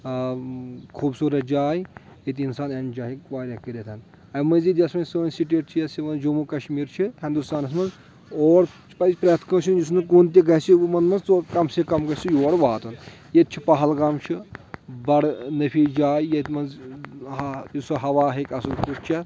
خوٗبصوٗرت جاے ییٚتہِ اِنسان اینٛجاے ہیٚکہِ واریاہ کٔرِتھ اَمہِ مٔزیٖد یۄس وۄنۍ سٲنۍ سِٹیٹ چھِ یۄس جموں کشمیٖر چھِ ہِندُستانَس منٛز اور پزِ پرٛؠتھ کٲنٛسہِ یُس نہٕ کُن تہِ گژھِ ہُمَن منٛز کَم سے کَم گژھِ یورٕ واتُن ییٚتہِ چھُ پہلگام چھُ بَڑٕ نَفیٖز جاے ییٚتہِ منٛز یُس سُہ ہوا ہیٚکہِ اَصٕل پٲٹھۍ چِیَتھِ